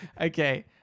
okay